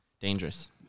dangerous